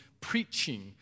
preaching